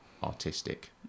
artistic